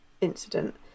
incident